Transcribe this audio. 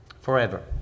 forever